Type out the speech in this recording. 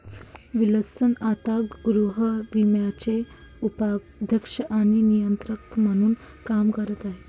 Wilson आता गृहविम्याचे उपाध्यक्ष आणि नियंत्रक म्हणून काम करत आहेत